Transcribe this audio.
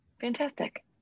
Fantastic